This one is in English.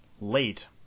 late